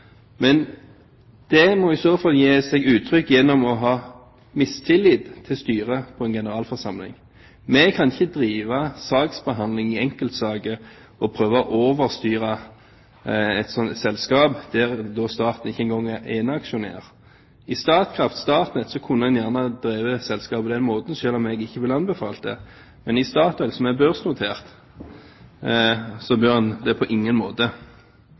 men det må en i så fall gi uttrykk for gjennom mistillit til styret på en generalforsamling. Vi kan ikke drive saksbehandling i enkeltsaker og prøve å overstyre et selskap der staten ikke engang er eneaksjonær. I Statkraft/Statnett kunne en gjerne drevet selskap på den måten, selv om jeg ikke ville anbefalt det. Men i Statoil, som er børsnotert, bør en det på ingen måte.